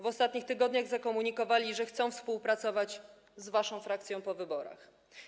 W ostatnich tygodniach zakomunikowali, że chcą współpracować z waszą frakcją po wyborach.